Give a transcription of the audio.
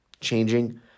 changing